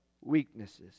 weaknesses